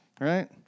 Right